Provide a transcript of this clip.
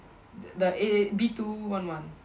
t~ the a B two one one